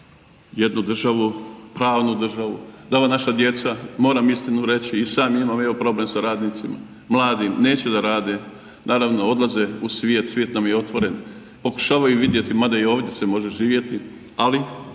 jednu državu, pravnu državu da ova naša djeca, moram istinu reći i sam imam evo problem sa radnicima, mladim, neće da rade. Naravno odlaze u svijet, svijet nam je otvoren, pokušavaju vidjeti mada i ovdje se može živjeti ali